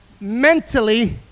mentally